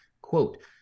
quote